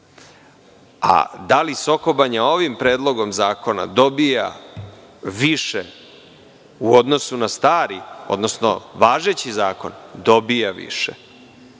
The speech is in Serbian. A da li Soko Banja ovim predlogom zakona dobija više u odnosu na stari, odnosno važeći zakon – dobija više. Rekli